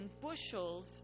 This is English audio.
bushels